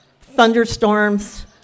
thunderstorms